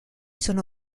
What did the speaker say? sono